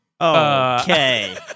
Okay